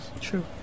True